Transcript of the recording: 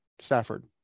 Stafford